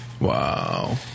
Wow